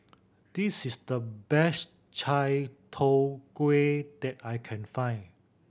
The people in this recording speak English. this is the best chai tow kway that I can find